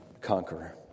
conqueror